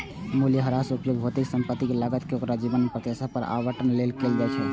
मूल्यह्रासक उपयोग भौतिक संपत्तिक लागत कें ओकर जीवन प्रत्याशा पर आवंटन लेल कैल जाइ छै